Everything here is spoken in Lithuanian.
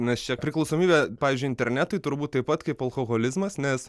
nes čia priklausomybė pavyzdžiui internetui turbūt taip pat kaip alkoholizmas nes